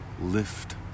Lift